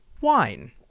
wine